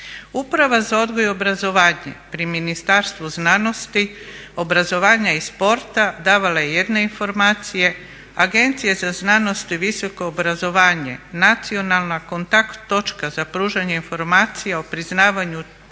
Uprava za odgoj i obrazovanje pri Ministarstvu znanosti, obrazovanja i sporta davala je jedne informacije, Agencije za znanosti i visoko obrazovanje, nacionalna kontakt točka za pružanje informacija o priznavanju stručnih